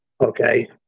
Okay